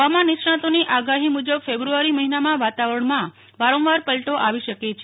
હવામાન નિષ્ણાંતોની આગાહી મુજબ ફેબ્રુ આરી મહિનામાં વાતાવરણમાં વારંવાર પલટો આવી શકે છે